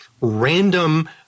random